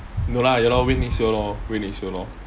no lah you know wait next year lor wait next year lor